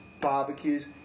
barbecues